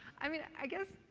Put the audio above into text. i mean, i guess,